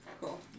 Cool